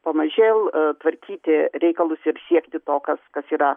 pamažėl tvarkyti reikalus ir siekti to kas kas yra